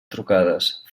trucades